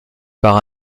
par